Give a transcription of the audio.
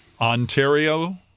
Ontario